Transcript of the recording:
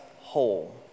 whole